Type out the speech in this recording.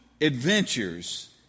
adventures